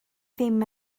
ddim